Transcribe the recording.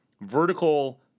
vertical